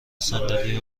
صندلی